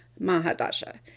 Mahadasha